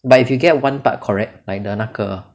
but if you get one part correct like the 那个